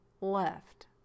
left